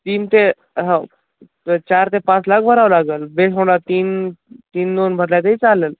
तीन ते हाव चार ते पाच लाख भरावं लागंल बेस म्हटला तीन तीन दोन भरलं तेही चालंल